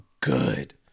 good